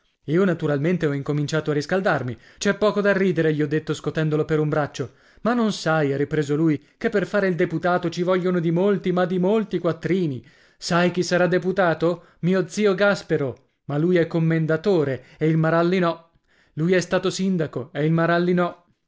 io naturalmente ho incominciato a riscaldarmi c'è poco da ridere gli ho detto scotendolo per un braccio ma non sai ha ripreso lui che per fare il deputato ci vogliono dimolti ma dimolti quattrini sai chi sarà deputato mio zio gaspero ma lui è commendatore e il maralli no lui è stato sindaco e il